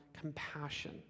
compassion